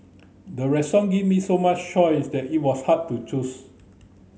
the restaurant gave me so much choice that it was hard to choose